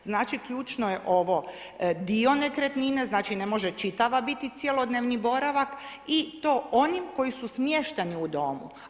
Znači ključno je ovo, dio nekretnine, znači ne može čitava biti cjelodnevni boravak i to oni koji su smješteni u domu.